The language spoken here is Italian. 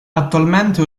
attualmente